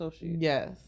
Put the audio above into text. Yes